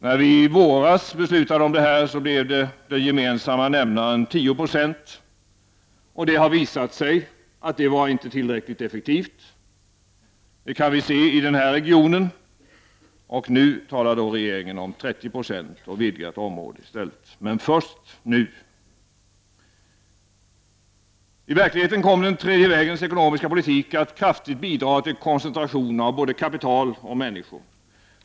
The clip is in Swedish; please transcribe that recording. När beslutet fattades blev den gemensamma nämnaren 10 96, och det har visat sig att det inte varit tillräckligt effektivt — det kan vi se i den här regionen. Först nu talar regeringen om 30 96 och ett vidgat område. I verkligheten kom den tredje vägens ekonomiska politik att kraftigt bidra till koncentration av både kapital och människor.